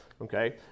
Okay